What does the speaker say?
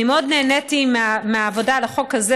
אני מאוד נהניתי מהעבודה על החוק הזה